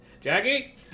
Jackie